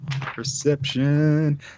Perception